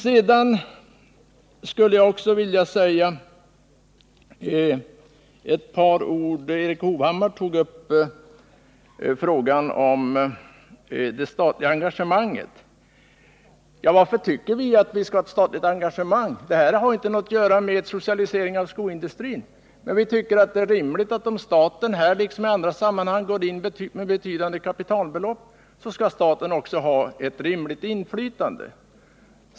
Jag vill också säga ett par ord med anledning av att Erik Hovhammar tog upp frågan om det statliga engagemanget. Ja, varför tycker vi att vi skall ha ett statligt engagemang? Det har inte någonting att göra med socialisering av skoindustrin, men vi tycker det är rimligt att om staten här liksom i andra sammanhang går in med betydande kapitalbelopp skall staten också ha ett rimligt inflytande.